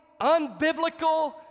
unbiblical